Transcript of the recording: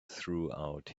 throughout